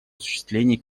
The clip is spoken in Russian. осуществлении